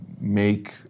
make